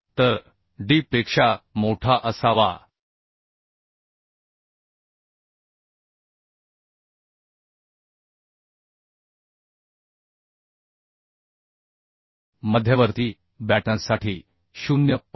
तर d पेक्षा मोठा असावा मध्यवर्ती बॅटनसाठी 0